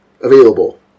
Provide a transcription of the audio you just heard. available